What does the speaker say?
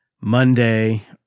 Monday